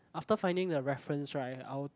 after finding the reference right I'll